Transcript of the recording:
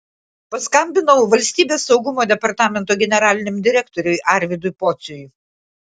paskambinau valstybės saugumo departamento generaliniam direktoriui arvydui pociui